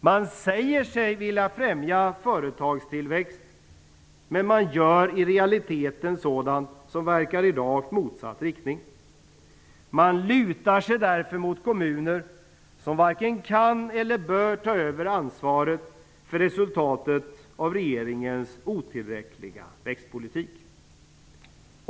Man säger sig vilja främja företagstillväxt, men man gör i realiteten sådant som verkar i rakt motsatt riktning. Man lutar sig därför mot kommuner som varken kan eller bör ta över ansvaret för resultatet av regeringens otillräckliga växtpolitik.